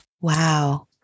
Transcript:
Wow